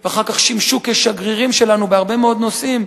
ואחר כך שימשו כשגרירים שלנו בהרבה מאוד נושאים,